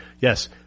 Yes